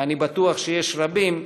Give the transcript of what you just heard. ואני בטוח שיש רבים,